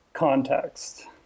Context